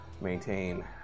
maintain